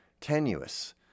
tenuous